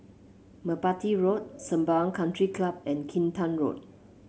Merpati Road Sembawang Country Club and Kinta Road